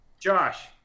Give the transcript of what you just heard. Josh